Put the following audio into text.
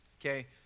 Okay